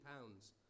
pounds